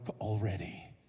already